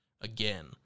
again